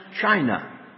China